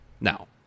Now